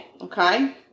Okay